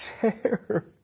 share